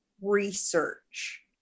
research